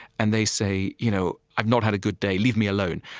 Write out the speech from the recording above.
and they say, you know i've not had a good day. leave me alone,